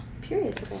Period